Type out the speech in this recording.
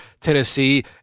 Tennessee